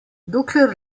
dokler